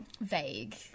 vague